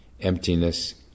emptiness